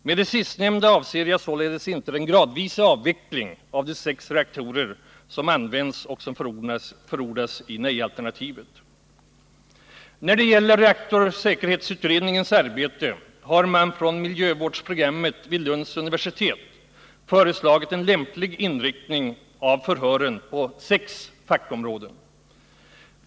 Med det sistnämnda avser jag således inte den gradvisa avveckling av de sex reaktorer som används och som förordas i nejalternativet. När det gäller reaktorsäkerhetsutredningens arbete har man från miljövårdsprogrammet vid Lunds universitet föreslagit en lämplig inriktning av förhören på sex fackområden.